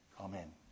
Amen